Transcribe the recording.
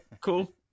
cool